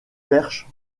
perche